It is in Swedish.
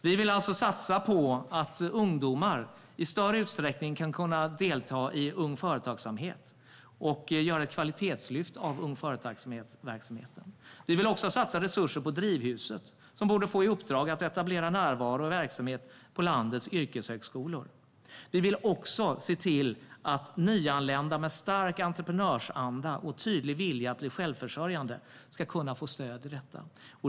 Vi vill satsa på att ungdomar i större utsträckning ska kunna delta i Ung Företagsamhet och göra ett kvalitetslyft av Ung Företagsamhets verksamhet. Vi vill också satsa resurser på Drivhuset, som borde få i uppdrag att etablera närvaro och verksamhet på landets yrkeshögskolor. Dessutom vill vi se till att nyanlända med stark entreprenörsanda och tydlig vilja att bli självförsörjande ska kunna få stöd till det.